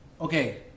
Okay